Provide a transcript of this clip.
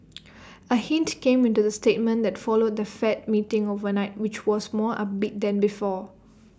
A hint came in the statement that followed the fed meeting overnight which was more upbeat than before